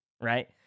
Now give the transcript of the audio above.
Right